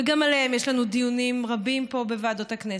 וגם עליהם יש לנו דיונים רבים פה בוועדות הכנסת.